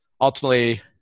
ultimately